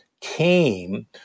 came